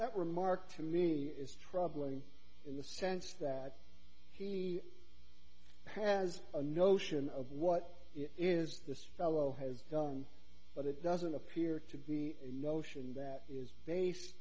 that remark to me is troubling in the sense that he has a notion of what he is this fellow has done but it doesn't appear to be a notion that is based